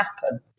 happen